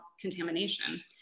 contamination